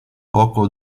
poco